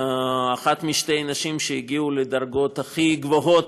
אחת משתי נשים שהגיעו לדרגות הכי גבוהות